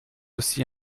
aussi